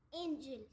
angel